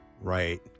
Right